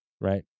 right